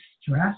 stress